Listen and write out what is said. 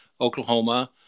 Oklahoma